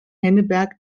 henneberg